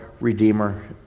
Redeemer